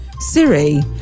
Siri